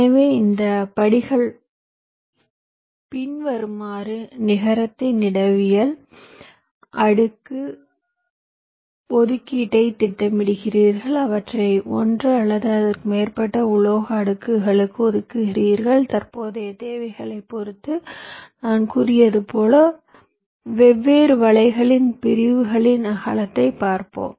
எனவே இந்த படிகள் பின்வருமாறு நிகரத்தின் இடவியல் அடுக்கு ஒதுக்கீட்டை திட்டமிடுகிறீர்கள் அவற்றை ஒன்று அல்லது அதற்கு மேற்பட்ட உலோக அடுக்குகளுக்கு ஒதுக்குகிறீர்கள் தற்போதைய தேவைகளைப் பொறுத்து நான் கூறியது போல் வெவ்வேறு வலைகளின் பிரிவுகளின் அகலத்தை பார்ப்போம்